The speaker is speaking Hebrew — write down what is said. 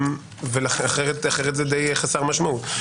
אחרת זה די חסר משמעות.